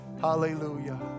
Hallelujah